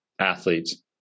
athletes